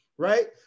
Right